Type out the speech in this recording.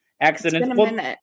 accidents